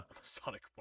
Sonic